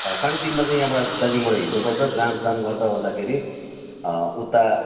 साढे तिनमा चाहिँ यहाँबाट दार्जिलिङबाट हिँड्नुपर्छ जामसाम गर्दाओर्दा खेरि उता